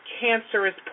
cancerous